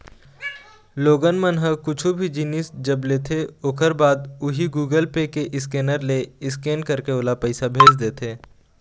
लोगन मन ह कुछु भी जिनिस जब लेथे ओखर बाद उही गुगल पे के स्केनर ले स्केन करके ओला पइसा भेज देथे